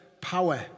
power